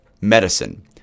medicine